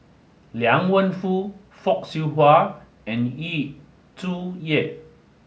Liang Wenfu Fock Siew Wah and Yu Zhuye